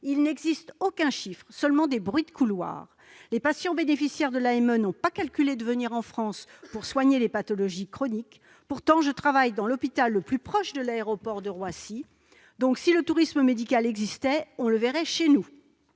Il n'existe aucun chiffre, seulement des bruits de couloir. Les patients bénéficiaires de l'AME n'ont pas calculé de venir en France pour soigner des pathologies chroniques. Pourtant, je travaille dans l'hôpital le plus proche de l'aéroport de Roissy, donc si le tourisme médical existait, on le verrait chez nous.